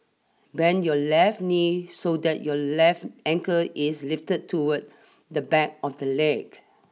bend your left knee so that your left ankle is lifted toward the back of the leg